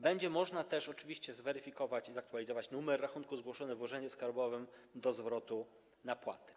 Będzie można też oczywiście zweryfikować i zaktualizować numer rachunku zgłoszonego w urzędzie skarbowym do zwrotu nadpłaty.